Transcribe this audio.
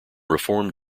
reform